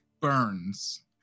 burns